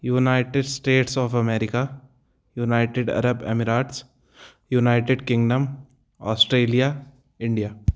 united stats of America United Arab Emirates United Kingdom Australia India